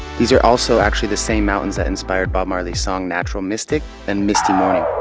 these are also actually the same mountains that inspired bob marley's song natural mystic and misty morning.